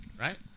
Right